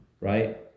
right